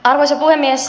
arvoisa puhemies